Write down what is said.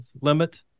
limit